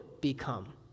become